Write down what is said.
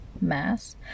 mass